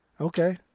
Okay